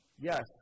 Yes